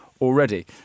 already